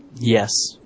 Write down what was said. Yes